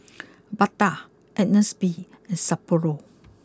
Bata Agnes B and Sapporo